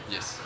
Yes